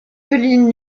collines